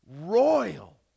royal